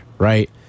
Right